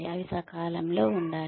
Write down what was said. అవి సకాలంలో ఉండాలి